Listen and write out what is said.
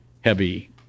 heavy